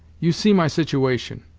you see my situation,